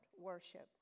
worship